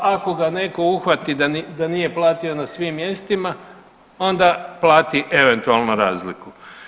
A ako ga netko uhvati da nije platio na svim mjestima onda plati eventualno razliku.